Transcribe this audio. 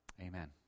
Amen